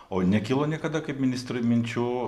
o nekilo niekada kaip ministrui minčių